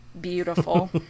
beautiful